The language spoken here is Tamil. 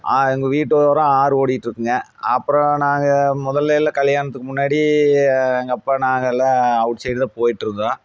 எங்கள் வீட்டு ஓரம் ஆறு ஓடிட்டிருக்குங்க அப்பறம் நாங்கள் முதல்லேலாம் கல்யாணத்துக்கு முன்னாடி எங்கள் அப்பா நாங்கள் எல்லாம் அவுட்சைடில் போயிட்டிருந்தோம்